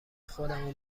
خودمو